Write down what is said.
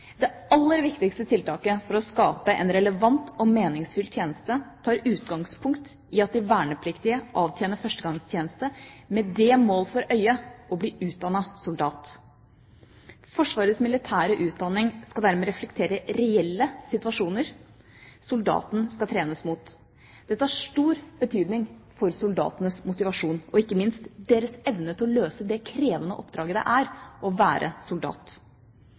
Det aller viktigste tiltaket for å skape en relevant og meningsfylt tjeneste tar utgangspunkt i at de vernepliktige avtjener førstegangstjeneste med det mål for øye å bli utdannet soldat. Forsvarets militære utdanning skal dermed reflektere reelle situasjoner soldaten skal trenes mot. Dette har stor betydning for soldatenes motivasjon og ikke minst deres evne til å løse det krevende oppdraget det er å være soldat.